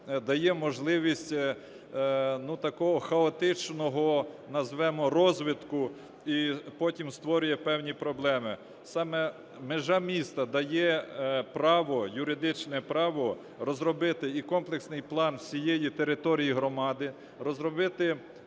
дає можливість такого хаотичного, назвемо, розвитку і потім створює певні проблеми. Саме межа міста дає право, юридичне право, розробити і комплексний план всієї території громади, розробити